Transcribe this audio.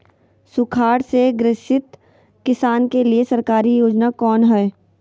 सुखाड़ से ग्रसित किसान के लिए सरकारी योजना कौन हय?